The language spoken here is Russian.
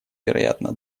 вероятно